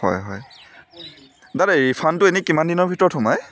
হয় হয় দাদা ৰিফাণ্ডটো এনেই কিমান দিনৰ ভিতৰত সোমায়